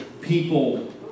people